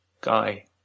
guy